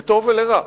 לטוב ולרע.